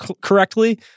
correctly